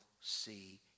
see